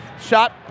Shot